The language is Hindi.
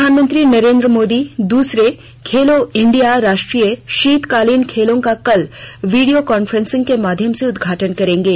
प्रधानमंत्री नरेंद्र मोदी दूसरे खेलो इंडिया राष्ट्रीय शीतकालीन खेलों का कल वीडियो कांफ्रेंसिंग के माध्यम से उद्घाटन करेंगे